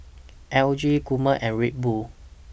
L G Gourmet and Red Bull